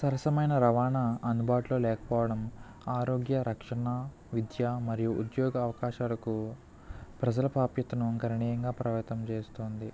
సరసమైన రవాణ అందుబాటులో లేకపోవటం ఆరోగ్య రక్షణ విద్య మరియు ఉద్యోగ అవకాశాలకు ప్రజల పాపితను ఘననీయంగా ప్రభావితం చేస్తుంది